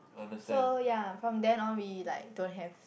so ya from then on we like don't have